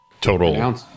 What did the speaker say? total